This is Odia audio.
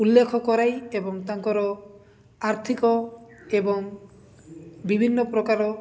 ଉଲ୍ଲେଖ କରାଇ ଏବଂ ତାଙ୍କର ଆର୍ଥିକ ଏବଂ ବିଭିନ୍ନ ପ୍ରକାର